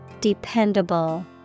Dependable